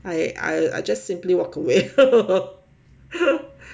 I I just simply walk away